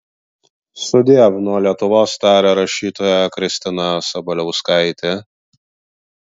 sudiev nuo lietuvos tarė rašytoja kristina sabaliauskaitė